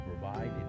provide